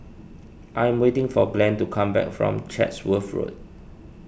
I am waiting for Glenn to come back from Chatsworth Road